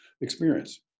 experience